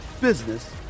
business